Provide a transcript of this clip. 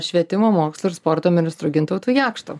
švietimo mokslo ir sporto ministru gintautu jakštu